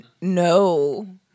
No